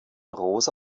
rosa